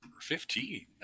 Fifteen